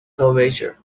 curvature